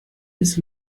ist